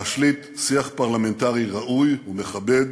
להשליט שיח פרלמנטרי ראוי ומכבד,